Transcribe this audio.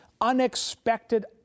unexpected